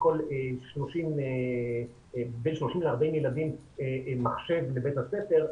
לבין 30-40 ילדים מחשב לבית הספר,